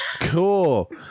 cool